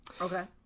Okay